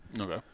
Okay